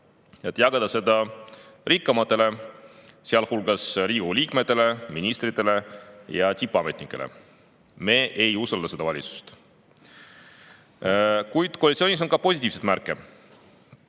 et jagada seda rikkamatele, sealhulgas Riigikogu liikmetele, ministritele ja tippametnikele.Me ei usalda seda valitsust. Kuid koalitsioonis on ka positiivseid märke.